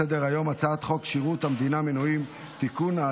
שעל סדר-היום הצעת חוק שירות המדינה (מינויים) (תיקון,